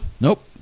Nope